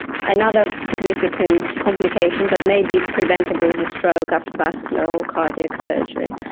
another significant complication that may be preventable is a stroke after vascular cardiac surgery,